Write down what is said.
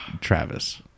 travis